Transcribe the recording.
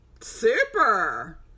Super